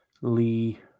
Lee